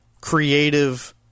creative